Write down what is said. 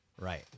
Right